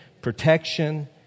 protection